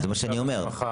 זה מה שאני אומר.